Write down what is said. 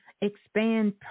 expand